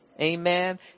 amen